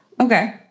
Okay